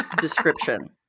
description